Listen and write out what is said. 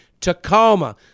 Tacoma